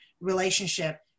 relationship